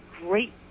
great